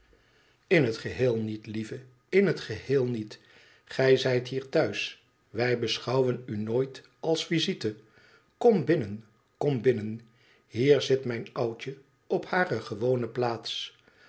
in het geheel niet lieve in het geheel niet gij zijt hier thuis wij beschouwen u nooit als visite kom binnen kom binnen hier zit mijn oudje op hare gewone plaats